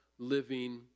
Living